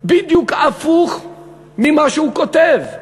בדיוק הפוך ממה שהוא כותב.